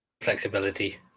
flexibility